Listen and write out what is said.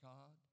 God